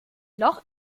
loch